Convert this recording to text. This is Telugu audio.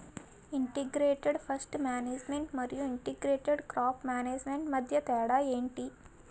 ఇంటిగ్రేటెడ్ పేస్ట్ మేనేజ్మెంట్ మరియు ఇంటిగ్రేటెడ్ క్రాప్ మేనేజ్మెంట్ మధ్య తేడా ఏంటి